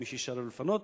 מי שיישאר בלי לפנות,